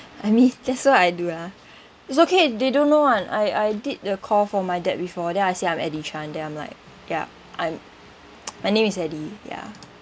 I mean that's what I do lah it's okay they don't know [one] I I did a call for my dad before then I say I'm eddy Chan then I'm like yup I'm my name is eddy ya